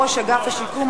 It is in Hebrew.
ראש אגף השיקום),